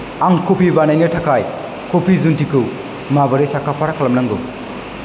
आं कफि बानायनो थाखाय कफि जुन्थिखौ माबोरै साखाफारा खालामनांगौ